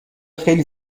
خیلی